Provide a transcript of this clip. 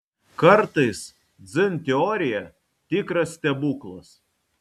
kartais dzin teorija tikras stebuklas